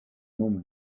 moment